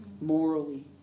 morally